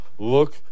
look